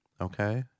Okay